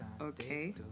okay